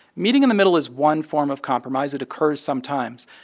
meeting in the middle is one form of compromise that occurs sometimes.